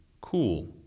cool